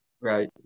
Right